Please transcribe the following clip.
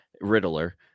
Riddler